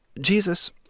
Jesus